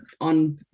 on